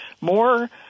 more